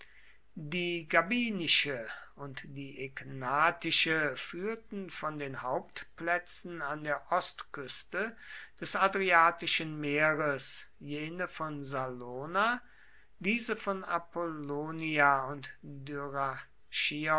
die gabinische und die egnatische führten von den hauptplätzen an der ostküste des adriatischen meeres jene von salona diese von apollonia und